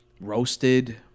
Roasted